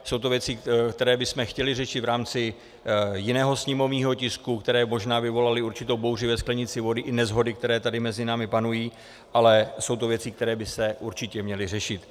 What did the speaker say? Jsou to věci, které bychom chtěli řešit v rámci jiného sněmovního tisku, které možná vyvolaly určitou bouři ve sklenici vody i neshody, které tady mezi námi panují, ale jsou to věci, které by se určitě měly řešit.